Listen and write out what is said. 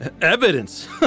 Evidence